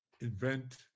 invent